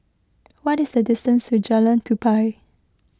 what is the distance to Jalan Tupai